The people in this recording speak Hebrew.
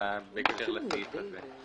בהקשר לסעיף הזה.